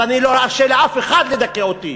אבל אני לא ארשה לאף אחד לדכא אותי.